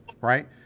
right